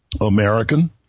American